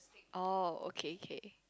oh okay okay